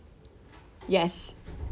yes